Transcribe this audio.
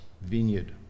vineyard